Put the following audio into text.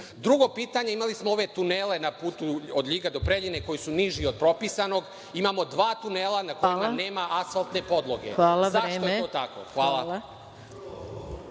Drugo pitanje, imali smo ove tunele na putu od LJiga do Preljine koji su niži od propisanog, imamo dva tunela, a nema asfaltne podloge. Zašto je to tako? Hvala.